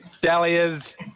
Dahlia's